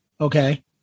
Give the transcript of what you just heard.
Okay